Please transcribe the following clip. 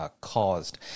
caused